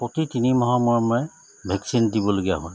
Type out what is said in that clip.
প্ৰতি তিনি মাহৰ মূৰে মূৰে ভেকচিন দিবলগীয়া হয়